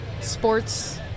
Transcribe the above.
sports